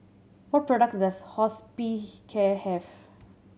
what products does Hospicare have